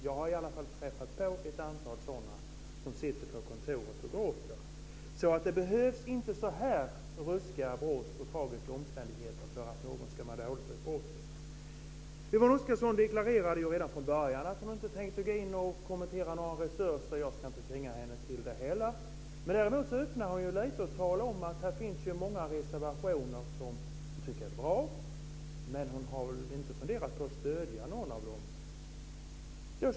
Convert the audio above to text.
Jag har träffat på ett antal sådana som sitter på kontoret och gråter. Det behövs inte så här ruskiga brott och tragiska omständigheter för att någon ska må dåligt vid ett brott. Yvonne Oscarsson deklarerade redan från början att hon inte tänkte kommentera några resurser. Jag ska inte tvinga henne till det. Men Yvonne Oscarsson öppnar lite genom att tala om att det finns många reservationer som hon tycker är bra. Har Yvonne Oscarsson funderat på att stödja någon av dem?